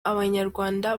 abanyarwanda